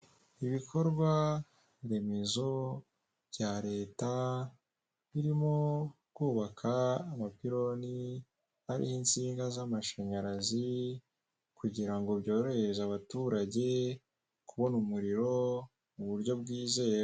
Ibikorwaremezo bya Leta birimo kubaka amapiloni hariho insinga z'amashyanyarazi kugira ngo byorohereze abaturage kubona umuriro mu buryo bwizewe.